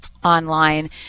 online